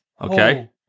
okay